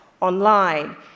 online